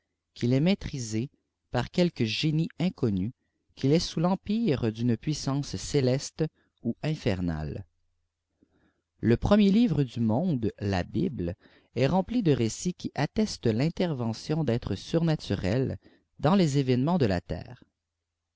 cpi'il est maîtrisé par qudque génie inconnu qu'il est sous l'empire d'ime puissance cékkte ou infernale le premier livre du monde la bible est rempu de récits qui sttfâitent l'intervention d'êtres surnaturels dans les événements de kl terre